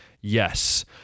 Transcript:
yes